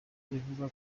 bivugwa